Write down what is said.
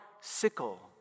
sickle